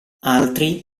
altri